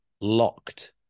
locked